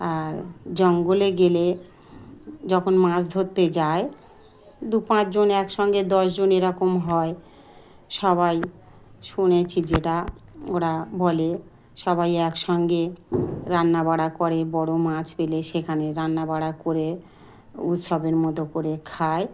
আর জঙ্গলে গেলে যখন মাছ ধরতে যায় দু পাঁচজন একসঙ্গে দশজন এরকম হয় সবাই শুনেছি যেটা ওরা বলে সবাই একসঙ্গে রান্না বাড়া করে বড়ো মাছ পেলে সেখানে রান্না বাড়া করে উৎসবের মতো করে খায়